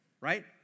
right